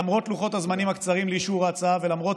למרות לוחות הזמנים הקצרים לאישור ההצעה ולמרות